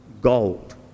gold